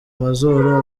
mazuru